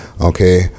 Okay